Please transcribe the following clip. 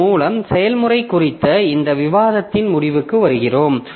இதன் மூலம் செயல்முறை குறித்த இந்த விவாதத்தின் முடிவுக்கு வருகிறோம்